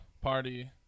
Party